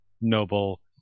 noble